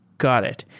got it.